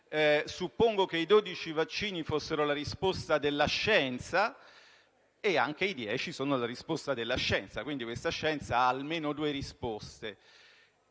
Suppongo che i 12 vaccini fossero la risposta della scienza e che anche i 10 siano la risposta della scienza. Quindi questa scienza ha almeno due risposte.